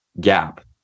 gap